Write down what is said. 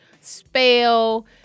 spell